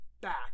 back